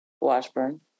Washburn